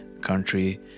country